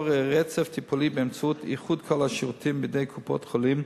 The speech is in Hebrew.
רצף טיפולי באמצעות איחוד כל השירותים בידי קופות-החולים,